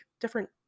different